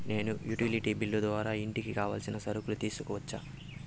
నేను utility bill ద్వారా ఇంటికి కావాల్సిన సరుకులు తీసుకోవచ్చా?